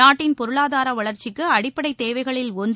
நாட்டின் பொருளாதார வளர்ச்சிக்கு அடிப்படைத் தேவைகளில் ஒன்று